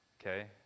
okay